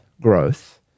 growth